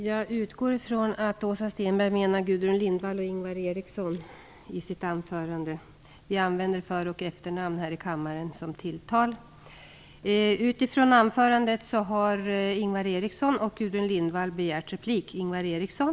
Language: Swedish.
Jag utgår från att Åsa Stenberg menar Gudrun Lindvall och Ingvar Eriksson i sitt anförande. Vi använder för och efternamn som tilltal här i kammaren.